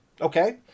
Okay